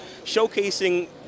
showcasing